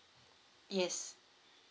yes